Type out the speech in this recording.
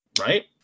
right